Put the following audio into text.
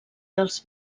dels